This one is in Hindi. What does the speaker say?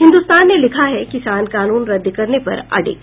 हिन्दुस्तान ने लिखा है किसान कानून रद्द करने पर अडिग